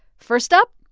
first up,